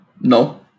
No